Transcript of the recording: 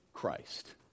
Christ